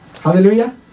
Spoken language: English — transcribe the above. Hallelujah